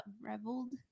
reveled